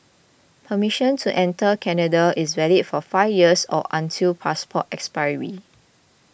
permission to enter Canada is valid for five years or until passport expiry